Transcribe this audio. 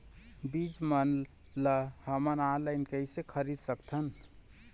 बीज मन ला हमन ऑनलाइन कइसे खरीद सकथन?